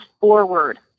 forward